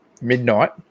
midnight